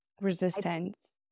resistance